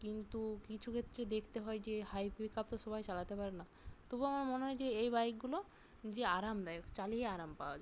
কিন্তু কিছু ক্ষেত্রে দেখতে হয় যে হাই পিকাপ তো সবাই চালাতে পারে না তবু আমার মনে হয় যে এই বাইকগুলো যে আরামদায়ক চালিয়ে আরাম পাওয়া যায়